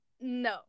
No